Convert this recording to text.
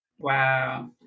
Wow